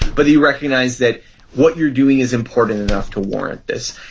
but you recognize that what you're doing is important enough to warrant this.